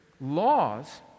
laws